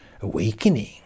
awakening